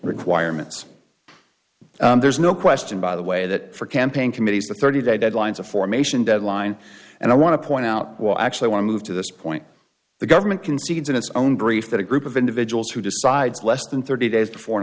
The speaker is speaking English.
requirements there's no question by the way that for campaign committees the thirty day deadlines of formation deadline and i want to point out will actually want to move to this point the government concedes in its own brief that a group of individuals who decides less than thirty days before an